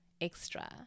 extra